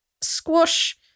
Squash